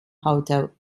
hotel